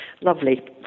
Lovely